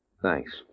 Thanks